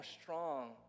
strong